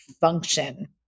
function